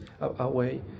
away